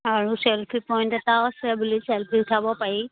আৰু selfie point এটাও আছে বুলি চেল্ফি উঠাব পাৰি